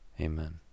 Amen